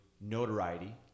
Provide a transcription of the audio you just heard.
notoriety